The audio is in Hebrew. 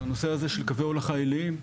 על הנושא הזה של קווי הולכה עיליים.